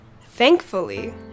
Thankfully